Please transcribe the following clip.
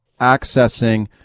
accessing